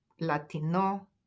latino